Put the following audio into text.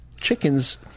chickens